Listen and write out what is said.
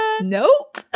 nope